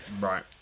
right